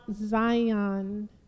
Zion